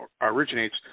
originates